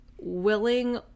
willing